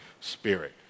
Spirit